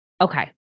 okay